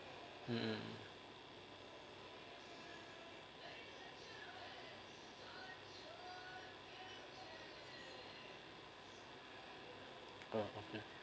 mm